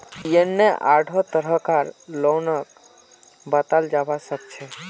यन्ने आढ़ो तरह कार लोनक बताल जाबा सखछे